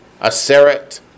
Aseret